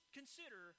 consider